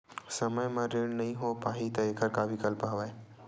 समय म ऋण नइ हो पाहि त एखर का विकल्प हवय?